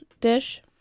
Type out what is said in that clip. dish